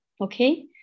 okay